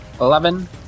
Eleven